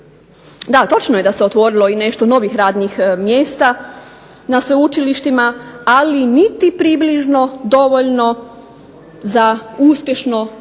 Da, točno je da se otvorilo i nešto novih radnih mjesta na sveučilištima, ali niti približno dovoljno za uspješno provođenje